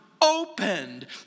opened